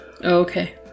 Okay